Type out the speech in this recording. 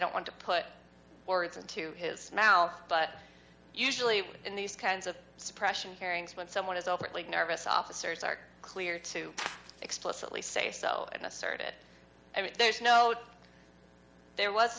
don't want to put words into his mouth but usually in these kinds of suppression hearings when someone is overly nervous officers are clear to explicitly say so and assert it i mean there's no there was a